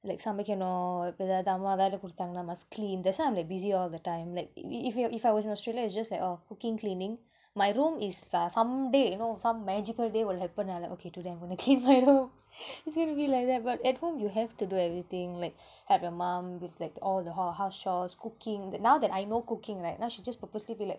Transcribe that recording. like சமைக்கனும் இப்ப எதாது அம்மா வேல குடுத்தாங்கனா:samaikkanum ippa ethaathu amma vela kuduthaanganaa must clean that's why I'm like i~ if you're if I was in australia it's just like ah cooking cleaning my room is a someday you know some magical day will happen lah like okay today I'm gonna clean my room it's gonna be like that but at home you have to do everything like help your mom with like a~ all the house chores cooking but now that I know cooking right now she just purposely be like